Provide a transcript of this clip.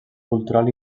cultural